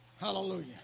Hallelujah